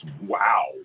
Wow